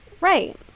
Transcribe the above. Right